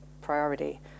priority